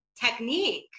technique